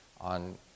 on